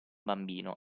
bambino